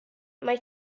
mai